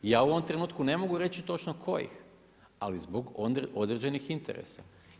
Ja u ovom trenutku ne mogu reći točno koji, ali zbog određenih interesa.